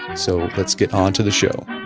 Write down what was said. so let's get on to the show.